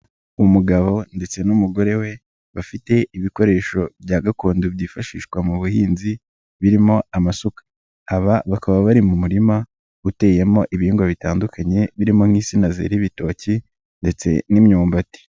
Umugabo ndetse n'umugore we bafite ibikoresho bya gakondo byifashishwa mu buhinzi birimo amasuka. Aba bakaba bari mu murima uteyemo ibihingwa bitandukanye birimo nk'insina zera ibitoki ndetse n'imyumbati.